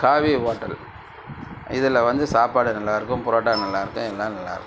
காவி ஹோட்டல் இதில் வந்து சாப்பாடு நல்லா இருக்கும் புரோட்டா நல்லா இருக்கும் எல்லாம் நல்லா இருக்கும்